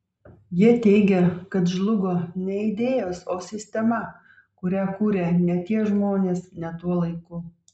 jie teigia kad žlugo ne idėjos o sistema kurią kūrė ne tie žmonės ne tuo laiku